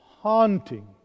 haunting